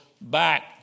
back